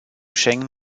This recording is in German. schengen